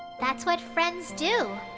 that's what friends do.